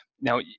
Now